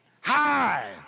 Hi